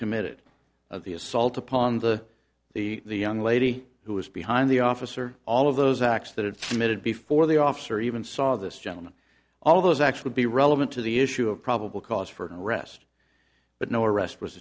committed of the assault upon the the the young lady who was behind the officer all of those acts that it emitted before the officer even saw this gentleman all those actually be relevant to the issue of probable cause for unrest but no arrest was